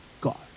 God